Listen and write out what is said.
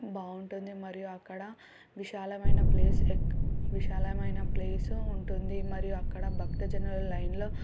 బాగుంటుంది మరియు అక్కడ విశాలమైన ప్లేస్ ఎక్ విశాలమైన ప్లేస్ ఉంటుంది మరియు అక్కడ భక్తజనులు లైన్లో